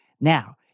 Now